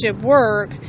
work